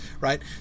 right